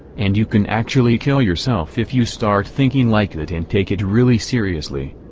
and you can actually kill yourself if you start thinking like that and take it really seriously.